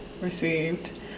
received